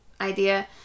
idea